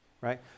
right